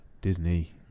Disney